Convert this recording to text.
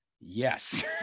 Yes